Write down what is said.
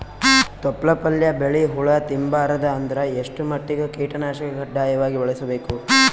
ತೊಪ್ಲ ಪಲ್ಯ ಬೆಳಿ ಹುಳ ತಿಂಬಾರದ ಅಂದ್ರ ಎಷ್ಟ ಮಟ್ಟಿಗ ಕೀಟನಾಶಕ ಕಡ್ಡಾಯವಾಗಿ ಬಳಸಬೇಕು?